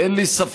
אין לי ספק